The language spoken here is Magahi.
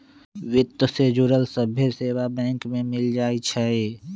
वित्त से जुड़ल सभ्भे सेवा बैंक में मिल जाई छई